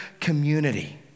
community